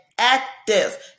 Active